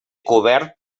cobert